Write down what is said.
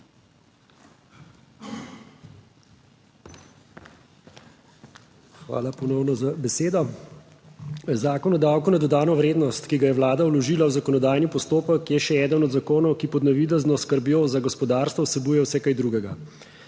Hvala ponovno za besedo. Zakon o davku na dodano vrednost, ki ga je Vlada vložila v zakonodajni postopek, je še eden od zakonov, ki pod navidezno skrbjo za gospodarstvo vsebuje vse kaj drugega.